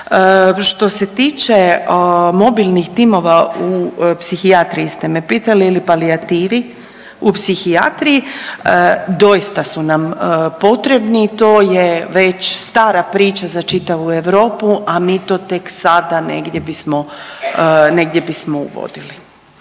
Što se tiče mobilnih timova u psihijatriji ste me pitali ili palijativi, u psihijatriji doista su nam potrebni, to je već stara priča za čitavu Europu, a mi to tek sada negdje bismo, negdje